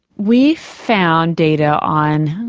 we found data on,